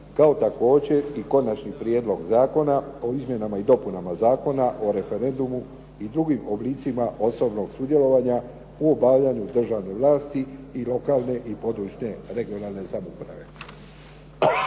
kao i Konačni prijedlog zakona o izmjenama i dopunama Zakona o referendumu i drugim oblicima osobnog sudjelovanja u obavljanju državne vlasti i lokalne, područne, regionalne samouprave.